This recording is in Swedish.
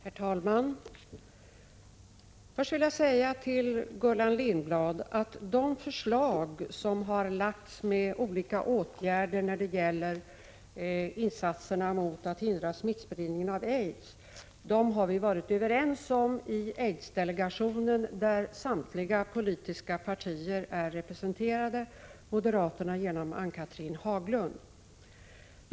Herr talman! Först vill jag säga till Gullan Lindblad att de förslag som har presenterats med olika insatser för att hindra smittspridningen av aids har vi varit överens om i aidsdelegationen — där samtliga politiska partier är representerade, moderaterna genom Ann-Cathrine Haglund.